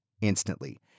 instantly